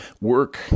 Work